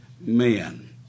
men